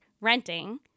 renting